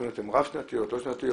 התוכניות הן רב שנתיות, לא שנתיות.